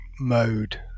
mode